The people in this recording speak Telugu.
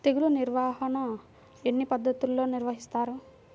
తెగులు నిర్వాహణ ఎన్ని పద్ధతులలో నిర్వహిస్తారు?